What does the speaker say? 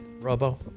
Robo